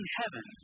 heaven